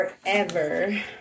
forever